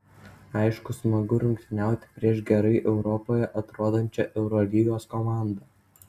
aišku smagu rungtyniauti prieš gerai europoje atrodančią eurolygos komandą